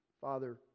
father